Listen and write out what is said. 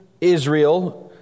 Israel